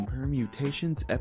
Permutations